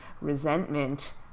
resentment